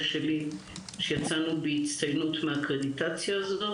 שלי שיצאנו בהצטיינות מהקרדיטציה הזאת,